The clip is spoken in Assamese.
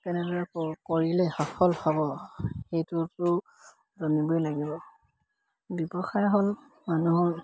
কেনেদৰে কৰিলে সফল হ'ব সেইটোতো জানিবই লাগিব ব্যৱসায় হ'ল মানুহৰ